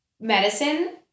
medicine